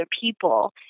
people